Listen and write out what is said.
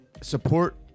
support